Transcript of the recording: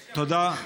תודה,